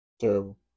Terrible